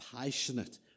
passionate